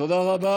תודה רבה.